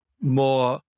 more